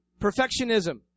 perfectionism